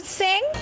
sing